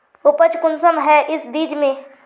उपज कुंसम है इस बीज में?